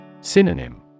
Synonym